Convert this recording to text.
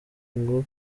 ngo